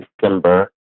December